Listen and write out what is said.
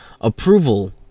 approval